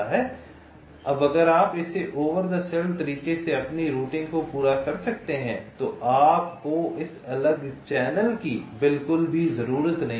अब अगर आप इसे ओवर द सेल तरीके से अपनी रूटिंग को पूरा कर सकते हैं तो आपको इस अलग चैनल की बिल्कुल भी जरूरत नहीं है